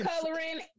coloring